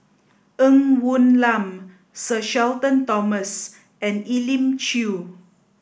Ng Woon Lam Sir Shenton Thomas and Elim Chew